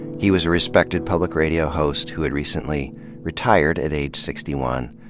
he was a respected public radio host who had recently retired, at age sixty one,